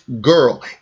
girl